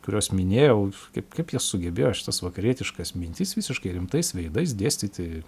kuriuos minėjau kaip kaip jie sugebėjo šitas vakarietiškas mintis visiškai rimtais veidais dėstyti